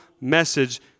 message